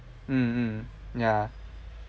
mm mm ya